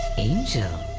angel!